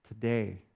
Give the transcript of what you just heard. today